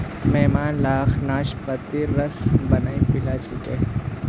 मेहमान लाक नाशपातीर रस बनइ पीला छिकि